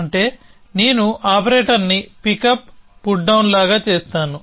అంటే నేను ఆపరేటర్ని పికప్పుట్ డౌన్ లాగా చేస్తాను